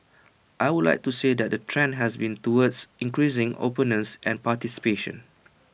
I would say that the trend has been towards increasing openness and participation